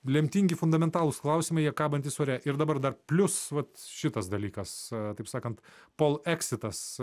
lemtingi fundamentalūs klausimaijie kabantys ore ir dabar dar plius vat šitas dalykas taip sakant poleksitas